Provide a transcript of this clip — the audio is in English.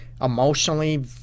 emotionally